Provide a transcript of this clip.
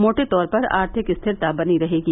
मोटे तौर पर आर्थिक स्थिरता बनी रहेगी